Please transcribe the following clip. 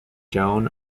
joan